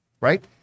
right